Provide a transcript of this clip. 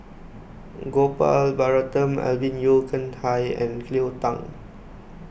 Gopal Baratham Alvin Yeo Khirn Hai and Cleo Thang